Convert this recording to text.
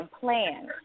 plan